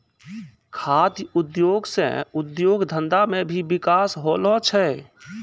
खाद्य उद्योग से उद्योग धंधा मे भी बिकास होलो छै